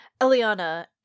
Eliana